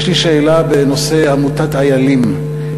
יש לי שאלה בנושא עמותת "איילים".